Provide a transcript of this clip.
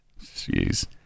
Jeez